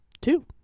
Two